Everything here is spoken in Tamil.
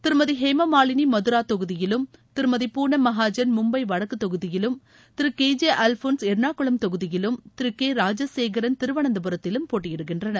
திருமதி ஹேமா மாலினி மத்ரா தொகுதியிலும் திருமதி பூணம் மகாஜன் மும்பை வடக்கு தொகுதியிலும் திரு கே ஜே அல்போன்ஸ் எர்னாகுளம் தொகுதியிலும் திரு கே ராஜசேகரன் திருவனந்தபுரத்திலும் போட்டியிடுகின்றனர்